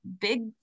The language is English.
big